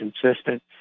consistent